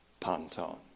pantone